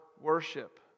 worship